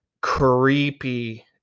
creepy